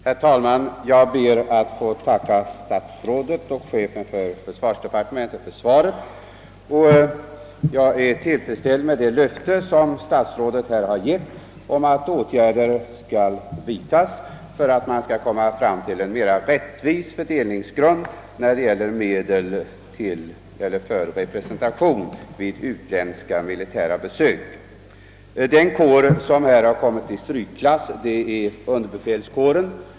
Herr talman! Jag ber att få tacka statsrådet och chefen för försvarsdepartementet för svaret. Jag är tillfredsställd med det löfte statsrådet här givit om att åtgärder skall vidtagas för att man skall komma fram till en mera rättvis fördelningsgrund när det gäller medel för representation vid utländska militärbesök. Den kår som har kommit i strykklass är underbefälskåren.